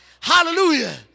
Hallelujah